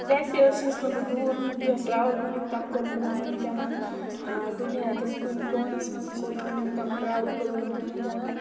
ویسے حظ چھَس نہٕ بہٕ دوٗر کُنہِ جایہِ ٹرٛاوٕل وُنیُکتام کوٚرمُت کِہیٖنٛۍ تہِ نہٕ دُنیاہکِس کُنہِ کوٗنس منٛز چھِنہٕ مےٚ وُنیُکتام ٹرٛاوٕل کوٚرمُت کِہیٖنٛۍ تہِ نہٕ